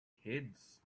kids